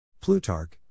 Plutarch